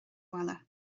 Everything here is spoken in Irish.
bhaile